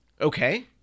okay